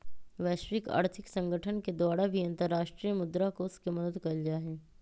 वैश्विक आर्थिक संगठन के द्वारा भी अन्तर्राष्ट्रीय मुद्रा कोष के मदद कइल जाहई